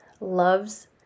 loves